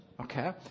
Okay